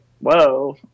whoa